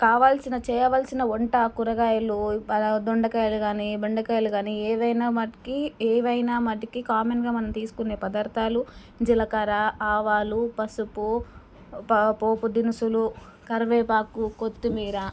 కావలసిన చేయవలసిన వంట కూరగాయలు దొండకాయలు కానీ బెండకాయలు కానీ ఏవైనా మట్టుకు ఏవైనా మట్టుకు కామన్గా మనం తీసుకునే పదార్థాలు జీలకర్ర ఆవాలు పసుపు పా పోపు దినుసులు కరివేపాకు కొత్తిమీర